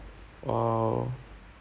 !wow!